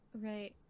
Right